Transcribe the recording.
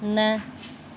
न